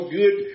good